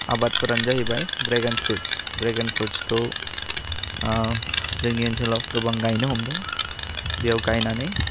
आबादफोरानो जाहैबाय ड्रेगेन फ्रुइटसखौ जोंनि ओनसोलाव गोबां गायनो हमदों बेयाव गायनानै